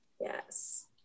Yes